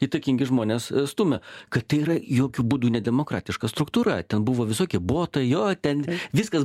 įtakingi žmonės stumia kad tai yra jokiu būdu ne demokratiška struktūra ten buvo visokie botai jo ten viskas